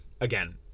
again